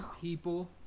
people